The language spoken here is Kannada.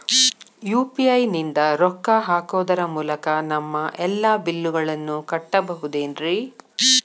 ಯು.ಪಿ.ಐ ನಿಂದ ರೊಕ್ಕ ಹಾಕೋದರ ಮೂಲಕ ನಮ್ಮ ಎಲ್ಲ ಬಿಲ್ಲುಗಳನ್ನ ಕಟ್ಟಬಹುದೇನ್ರಿ?